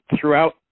throughout